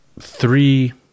three